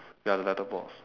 ya the letterbox